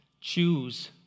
choose